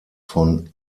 von